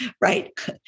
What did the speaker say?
right